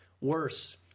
worse